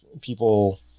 people